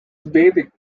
vedic